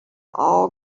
all